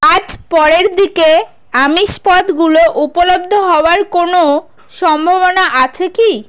আজ পরের দিকে আমিষ পদগুলো উপলব্ধ হওয়ার কোনো সম্ভাবনা আছে কি